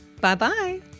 Bye-bye